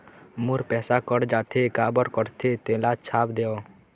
मोर पैसा कट जाथे काबर कटथे तेला छाप देव?